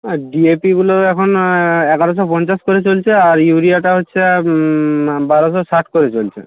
হ্যাঁ ডিএপিগুলো এখন এগারোশো পঞ্চাশ করে চলছে আর ইউরিয়াটা হচ্ছে বারোশো ষাট করে চলছে